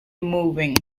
moving